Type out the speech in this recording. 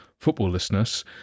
footballlessness